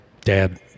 dad